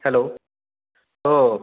hello অঁ